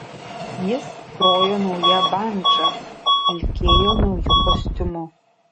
jis grojo nauja bandža vilkėjo nauju kostiumu